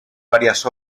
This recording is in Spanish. varias